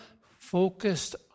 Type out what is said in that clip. focused